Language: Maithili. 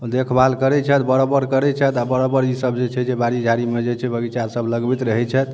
ओ देखभाल करै छथि बराबर करै छथि आ बराबर इसब जे छै से बाड़ी झाड़ी मे जे छै बगीचा सब लगबैत रहै छथि